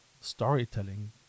storytelling